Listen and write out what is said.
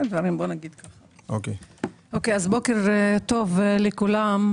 בוקר טוב לכולם,